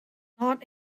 not